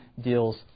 deals